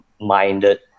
minded